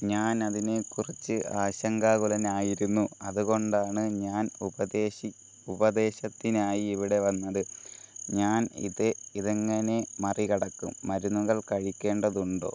ഞാൻ അതിനെ കുറിച്ച് ആശങ്കാകുലനായിരുന്നു അതുകൊണ്ടാണ് ഞാൻ ഉപദേശി ഉപദേശത്തിനായി ഇവിടെ വന്നത് ഞാൻ ഇത് ഇതെങ്ങനെ മറികടക്കും മരുന്നുകൾ കഴിക്കേണ്ടതുണ്ടോ